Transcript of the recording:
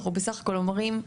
אנחנו בסך הכל אומרים,